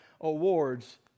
awards